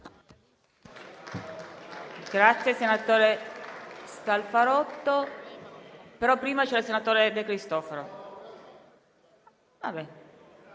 Grazie,